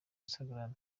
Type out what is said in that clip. instagram